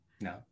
No